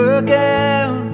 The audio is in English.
again